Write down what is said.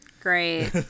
Great